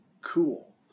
cool